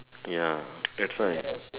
ya that's right